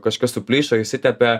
kažkas suplyšo išsitepė